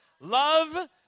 Love